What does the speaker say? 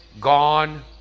gone